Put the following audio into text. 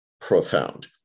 profound